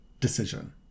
decision